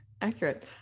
accurate